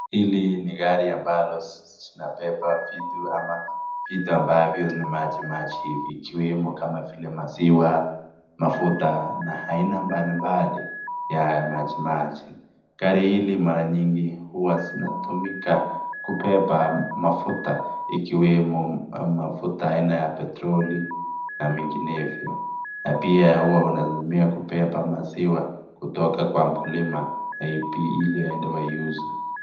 Hili ni gari ambayo inabeba vitu ambavyo ni maji maji hivi ikiwemo kama vile maziwa, mafuta na aina mbali mbali ya maji maji. Gari hili mara mingi hutumika kubeba mafuta ikiwemo mafuta aina ya petroli na menginevyo. Na pia hutumia kubeba maziwakutoka kwa mkulima ili waende waiuze.